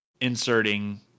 inserting